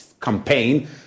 campaign